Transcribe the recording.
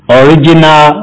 original